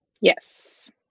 Yes